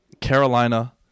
Carolina